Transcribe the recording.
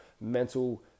mental